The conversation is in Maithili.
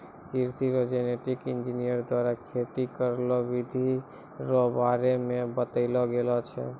कृषि मे जेनेटिक इंजीनियर द्वारा खेती करै रो बिधि रो बारे मे बतैलो गेलो छै